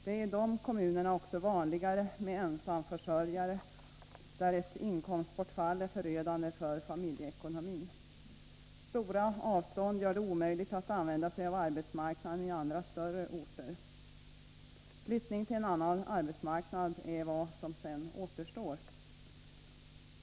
Det är i dessa kommuner också vanligare med ensamförsörjare, och där är ett inkomstbortfall förödande för familjeekonomin. Stora avstånd gör det omöjligt att använda sig av arbetsmarknaden i andra större orter. Flyttning till en annan arbetsmarknad är vad som sedan återstår.